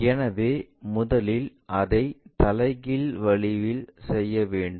எனவே முதலில் அதை தலைகீழ் வழியில் செய்ய வேண்டும்